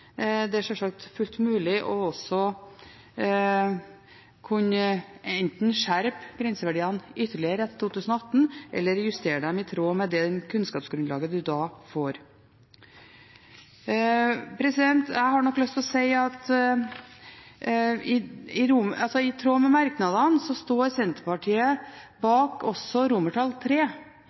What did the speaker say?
Det er sjølsagt fullt mulig enten å kunne skjerpe grenseverdiene ytterligere i 2018 eller justere dem i tråd med det kunnskapsgrunnlaget en da får. I tråd med merknadene står Senterpartiet